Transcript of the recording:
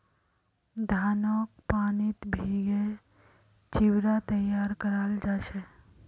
धानक पानीत भिगे चिवड़ा तैयार कराल जा छे